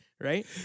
Right